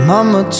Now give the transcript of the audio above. Mama